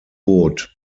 boot